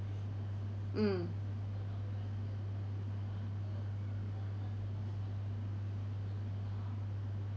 mm